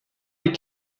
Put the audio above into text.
les